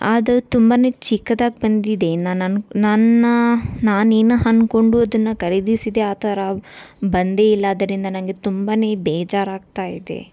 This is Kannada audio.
ಆದ ತುಂಬಾ ಚಿಕ್ದಾಗಿ ಬಂದಿದೆ ನಾನನ್ಕ ನನ್ನ ನಾನು ಏನು ಅನ್ಕೊಂಡು ಅದನ್ನು ಖರೀದಿಸಿದೆ ಆ ಥರ ಬಂದೇ ಇಲ್ಲ ಅದರಿಂದ ನನಗೆ ತುಂಬಾ ಬೇಜಾರಾಗ್ತಾ ಇದೆ